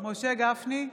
משה גפני,